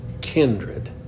kindred